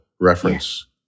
reference